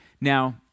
Now